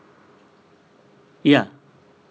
ya